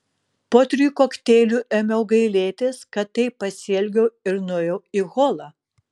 po trijų kokteilių ėmiau gailėtis kad taip pasielgiau ir nuėjau į holą